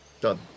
Done